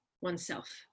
oneself